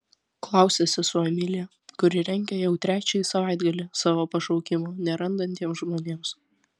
klausia sesuo emilija kuri rengia jau trečiąjį savaitgalį savo pašaukimo nerandantiems žmonėms